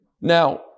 Now